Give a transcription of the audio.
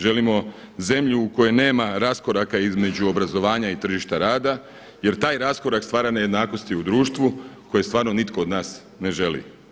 Želimo zemlju u kojoj nema raskoraka između obrazovanja i tržišta rada jer taj raskorak stvara nejednakosti u društvu koje stvarno nitko od nas ne želi.